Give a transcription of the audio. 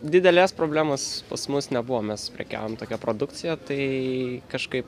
didelės problemos pas mus nebuvo mes prekiaujame tokia produkcija tai kažkaip